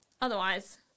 otherwise